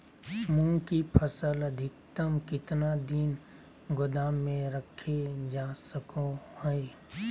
मूंग की फसल अधिकतम कितना दिन गोदाम में रखे जा सको हय?